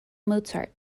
mozart